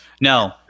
No